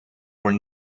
were